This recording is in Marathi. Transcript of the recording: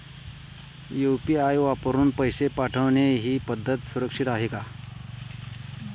यु.पी.आय वापरून पैसे पाठवणे ही पद्धत सुरक्षित आहे का?